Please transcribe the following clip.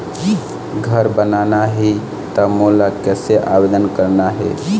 घर बनाना ही त मोला कैसे आवेदन करना हे?